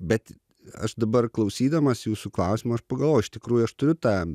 bet aš dabar klausydamas jūsų klausimo aš pagalvojau iš tikrųjų aš turiu tą